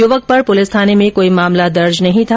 युवक पर पुलिस थाने में कोई मामला दर्ज नहीं था